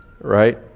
right